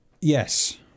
Yes